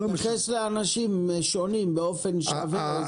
להתייחס לאנשים שונים באופן שווה זה אי שוויון.